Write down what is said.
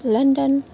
London